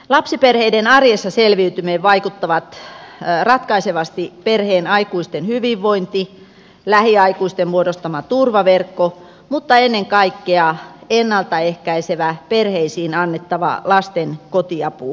lapsiperheiden arjessa selviytymiseen vaikuttavat ratkaisevasti perheen aikuisten hyvinvointi lähiaikuisten muodostama turvaverkko mutta ennen kaikkea ennalta ehkäisevä perheisiin annettava kotiapu